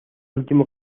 último